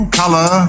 color